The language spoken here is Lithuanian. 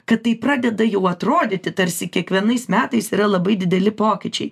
kad tai pradeda jau atrodyti tarsi kiekvienais metais yra labai dideli pokyčiai